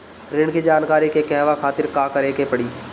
ऋण की जानकारी के कहवा खातिर का करे के पड़ी?